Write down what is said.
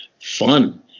fun